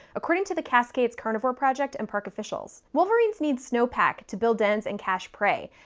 according to the cascades carnivore project and park officials. wolverines need snowpack to build dens and cache prey,